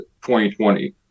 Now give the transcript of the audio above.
2020